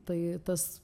tai tas